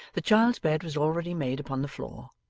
the child's bed was already made upon the floor,